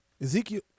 Ezekiel